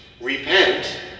Repent